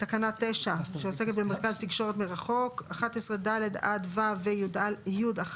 9 (מרכז תקשורת מרחוק), 11(ד) עד (ו) ו-(י1)(